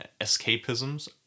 escapisms